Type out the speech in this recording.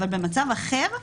אבל במצב אחר.